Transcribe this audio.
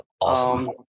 awesome